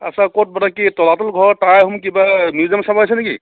আচ্ছা ক'ত বা কি তলাতল ঘৰ টাই আহোম কিবা মিউজিয়াম চাব আহিছে নেকি